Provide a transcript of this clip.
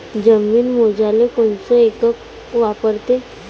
जमीन मोजाले कोनचं एकक वापरते?